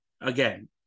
Again